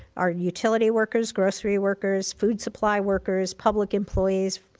our utility workers, grocery workers, food supply workers, public employees,